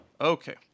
Okay